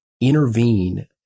intervene